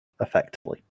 effectively